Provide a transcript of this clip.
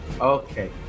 Okay